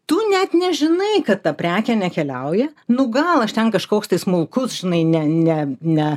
tu net nežinai kad ta prekė nekeliauja nu gal aš ten kažkoks tai smulkus žinai ne ne ne